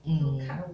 mm